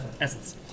Essence